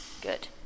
good